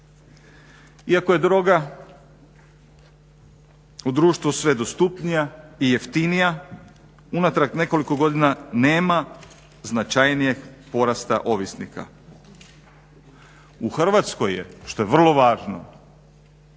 Iako je droga u društvu sve dostupnija i jeftinija, unatrag nekoliko godina nema značajnijeg porasta ovisnika. U Hrvatskoj je, što je vrlo važno